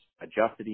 adjusted